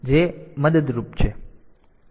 તેથી આ મદદરૂપ છે